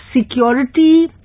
security